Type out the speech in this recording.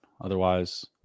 Otherwise